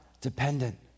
dependent